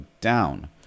down